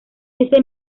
ese